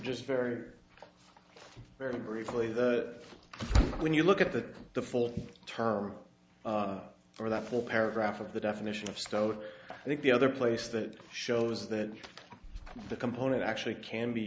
just very very briefly the when you look at the the full term for that full paragraph of the definition of stover i think the other place that shows that the component actually can be